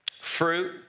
Fruit